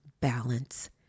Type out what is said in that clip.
balance